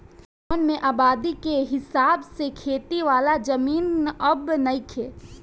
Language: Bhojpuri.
गांवन में आबादी के हिसाब से खेती वाला जमीन अब नइखे